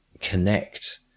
connect